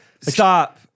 Stop